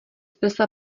prsa